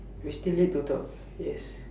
we still need to talk yes